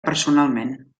personalment